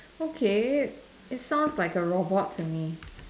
okay it sounds like a robot to me